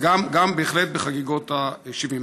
אז בהחלט גם בחגיגות ה-70.